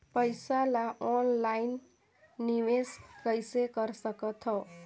पईसा ल ऑनलाइन निवेश कइसे कर सकथव?